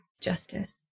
justice